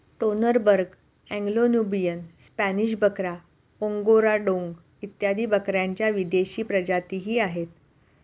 Toggenburg, Anglo Nubian, Spanish बकरा, Angora डोंग इत्यादी बकऱ्यांच्या विदेशी प्रजातीही आहेत